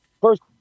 First